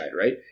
right